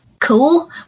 Cool